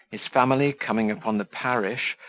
his family coming upon the parish,